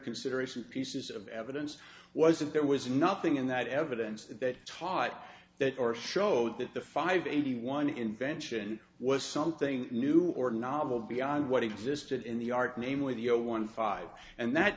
consideration pieces of evidence was that there was nothing in that evidence that taught that or showed that the five eighty one invention was something new or novel beyond what existed in the art namely the zero one five and that